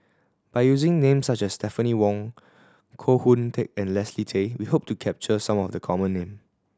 by using names such as Stephanie Wong Koh Hoon Teck and Leslie Tay we hope to capture some of the common name